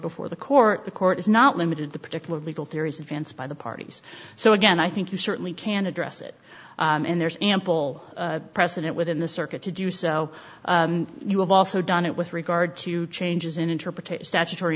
before the court the court is not limited the particular legal theories advanced by the parties so again i think you certainly can address it and there is ample precedent within the circuit to do so you have also done it with regard to changes in interpretation statutory